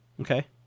Okay